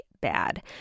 bad